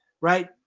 right